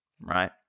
right